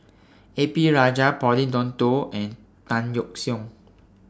A P Rajah Pauline Dawn Loh and Tan Yeok Seong